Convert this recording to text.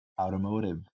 automotive